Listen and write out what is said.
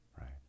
right